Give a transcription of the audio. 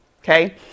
Okay